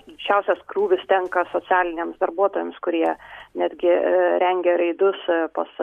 didžiausias krūvis tenka socialiniams darbuotojams kurie netgi rengia reidus pas